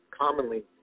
commonly